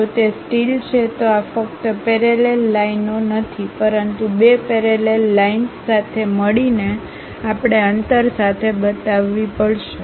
જો તે સ્ટીલ છે તો આ ફક્ત પેરેલલ લાઈન ઓ નથી પરંતુ બે પેરેલલ લાઈનસ સાથે મળીને આપણે અંતર સાથે બતાવવી પડશે